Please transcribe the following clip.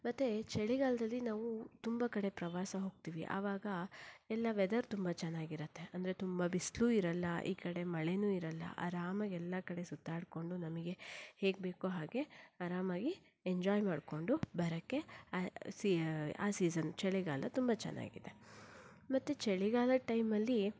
ಮತ್ತು ಚಳಿಗಾಲದಲ್ಲಿ ನಾವು ತುಂಬ ಕಡೆ ಪ್ರವಾಸ ಹೋಗ್ತೀವಿ ಆವಾಗ ಎಲ್ಲ ವೆದರ್ ತುಂಬ ಚೆನ್ನಾಗಿರುತ್ತೆ ಅಂದರೆ ತುಂಬ ಬಿಸಿಲು ಇರಲ್ಲ ಈ ಕಡೆ ಮಳೇನು ಇರಲ್ಲ ಆರಾಮಾಗಿ ಎಲ್ಲ ಕಡೆ ಸುತ್ತಾಡಿಕೊಂಡು ನಮಗೆ ಹೇಗೆ ಬೇಕೋ ಹಾಗೆ ಆರಾಮಾಗಿ ಎಂಜಾಯ್ ಮಾಡಿಕೊಂಡು ಬರೋಕ್ಕೆ ಸಿ ಆ ಸೀಸನ್ ಚಳಿಗಾಲ ತುಂಬ ಚೆನ್ನಾಗಿದೆ ಮತ್ತು ಚಳಿಗಾಲದ ಟೈಮಲ್ಲಿ